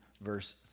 verse